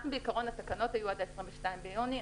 בעיקרון התקנות היו עד ה-22 ביוני,